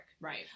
Right